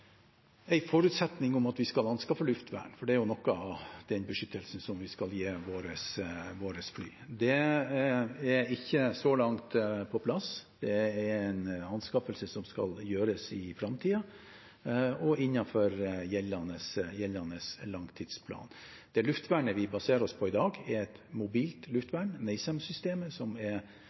forutsetning om at vi skal anskaffe luftvern, for det er noe av den beskyttelsen vi skal gi våre fly. Det er så langt ikke på plass, det er en anskaffelse som skal gjøres i framtiden og innenfor gjeldende langtidsplan. Det luftvernet vi baserer oss på i dag, er et mobilt luftvern, NASAMS-systemet, som